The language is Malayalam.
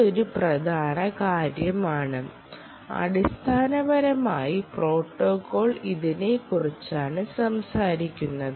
ഇത് ഒരു പ്രധാന കാര്യമാണ് അടിസ്ഥാനപരമായി പ്രോട്ടോക്കോൾ ഇതിനെക്കുറിച്ചാണ് സംസാരിക്കുന്നത്